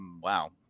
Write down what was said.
Wow